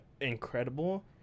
incredible